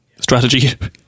strategy